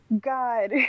God